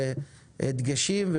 דגשים,